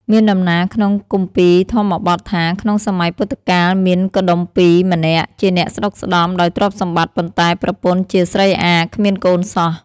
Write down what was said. មានដំណាលក្នុងគម្ពីរធម្មបទថា ក្នុងសម័យពុទ្ធកាល មានកុដុម្ពីក៍ម្នាក់ ជាអ្នកស្តុកស្តម្ភដោយទ្រព្យសម្បត្តិ ប៉ុន្តែ ប្រពន្ធជាស្រីអារ គ្មានកូនសោះ។